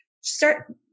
start